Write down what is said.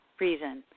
reason